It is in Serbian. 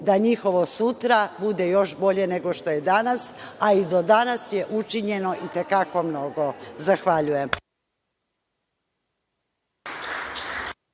da njihovo sutra bude još bolje nego što je danas, a i do danas je učinjeno i te kako mnogo. Zahvaljujem.